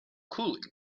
cooling